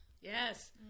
yes